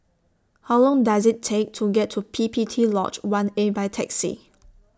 How Long Does IT Take to get to P P T Lodge one A By Taxi